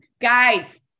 Guys